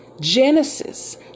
Genesis